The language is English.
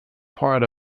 part